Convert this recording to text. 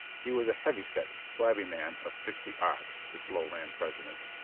he was a heavy-set, flabby man of sixty-odd, this lowland president.